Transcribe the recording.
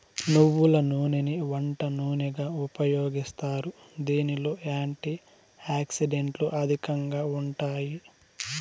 నువ్వుల నూనెని వంట నూనెగా ఉపయోగిస్తారు, దీనిలో యాంటీ ఆక్సిడెంట్లు అధికంగా ఉంటాయి